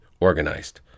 organized